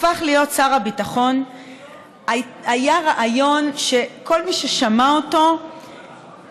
הפך להיות שר הביטחון היה רעיון שכל מי ששמע אותו הרגיש